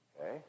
Okay